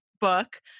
book